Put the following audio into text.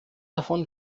davon